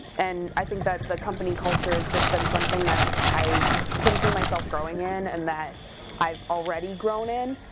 and i think that the company culture has just been something that i can see myself growing in and that i've already grown in